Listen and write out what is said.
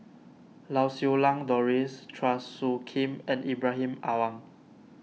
Lau Siew Lang Doris Chua Soo Khim and Ibrahim Awang